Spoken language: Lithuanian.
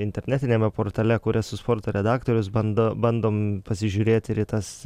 internetiniame portale kur esu sporto redaktorius bando bandom pasižiūrėti ir į tas